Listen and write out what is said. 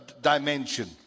dimension